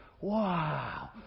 wow